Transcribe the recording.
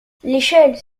l’échelle